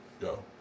Go